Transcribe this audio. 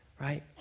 Right